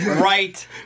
Right